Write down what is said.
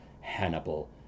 Hannibal